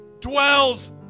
dwells